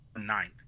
ninth